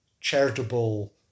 charitable